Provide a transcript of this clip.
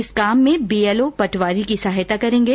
इस काम में बीएलओ पटवारी की सहायता करेगें